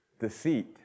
Deceit